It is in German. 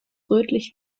rötlich